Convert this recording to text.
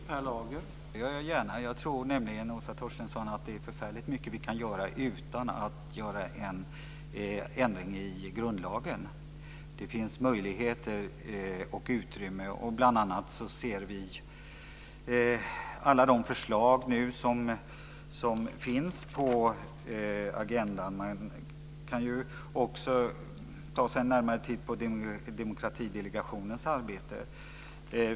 Herr talman! Det gör jag gärna. Jag tror nämligen, Åsa Torstensson, att det är förfärligt mycket som vi kan göra utan att göra en ändring i grundlagen. Det finns möjligheter och utrymme för det. Bl.a. kan vi se på alla de förslag som nu finns på agendan. Vi kan också ta oss en närmare titt på Demokratidelegationens arbete.